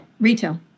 Retail